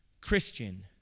Christian